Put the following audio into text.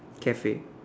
cafe